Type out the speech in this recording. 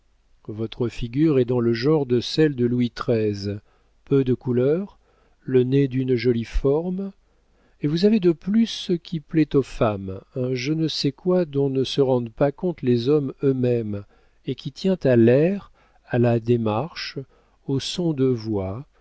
votre figure est dans le genre de celle de louis xiii peu de couleurs le nez d'une jolie forme et vous avez de plus ce qui plaît aux femmes un je ne sais quoi dont ne se rendent pas compte les hommes eux-mêmes et qui tient à l'air à la démarche au son de voix